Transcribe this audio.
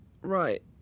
Right